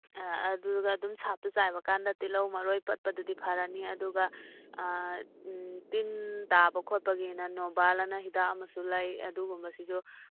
ꯑꯗꯨꯒ ꯑꯗꯨꯝ ꯁꯥꯞꯇꯣ ꯆꯥꯏꯕ ꯀꯥꯟꯗ ꯇꯤꯜꯍꯧ ꯃꯔꯣꯏ ꯄꯥꯠꯄꯗꯨꯗꯤ ꯐꯔꯅꯤ ꯑꯗꯨꯒ ꯇꯤꯟ ꯇꯥꯕ ꯈꯣꯠꯄꯒꯤꯅ ꯅꯣꯕꯥꯜ ꯑꯅ ꯍꯤꯗꯥꯛ ꯑꯃꯁꯨ ꯂꯩ ꯑꯗꯨꯒꯨꯝꯕꯁꯤꯁꯨ